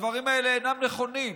הדברים האלה אינם נכונים.